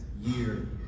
year